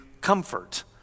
comfort